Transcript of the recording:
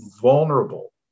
vulnerable